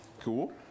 Cool